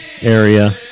area